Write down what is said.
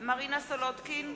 מרינה סולודקין,